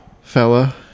fella